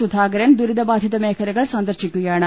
സുധാകരൻ ദുരിത ബാധിത മേഖലകൾ സന്ദർശിക്കുകയാണ്